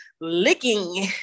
licking